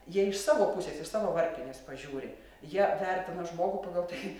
jie iš savo pusės iš savo varpinės pažiūri jie vertina žmogų pagal tai